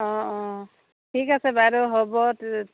অঁ অঁ ঠিক আছে বাইদেউ হ'ব